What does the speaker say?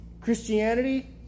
Christianity